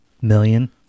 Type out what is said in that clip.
million